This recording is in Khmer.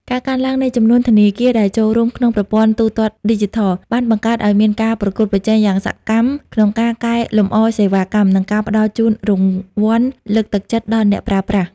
ការកើនឡើងនៃចំនួនធនាគារដែលចូលរួមក្នុងប្រព័ន្ធទូទាត់ឌីជីថល បានបង្កើតឱ្យមានការប្រកួតប្រជែងយ៉ាងសកម្មក្នុងការកែលម្អសេវាកម្ម និងការផ្ដល់ជូនរង្វាន់លើកទឹកចិត្តដល់អ្នកប្រើប្រាស់។